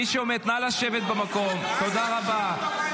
מי שעומד, נא לשבת במקום, תודה רבה.